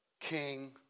King